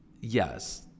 yes